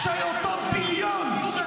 שקר, שקר, שקר,